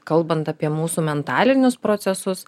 kalbant apie mūsų mentalinius procesus